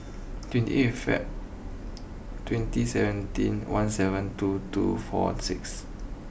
twenty eight Feb twenty seventeen one seven two two four six